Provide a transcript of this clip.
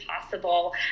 possible